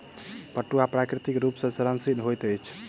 पटुआ प्राकृतिक रूप सॅ सड़नशील होइत अछि